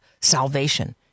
salvation